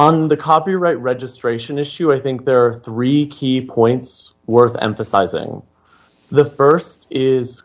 on the copyright registration issue i think there are three key points worth emphasizing the st is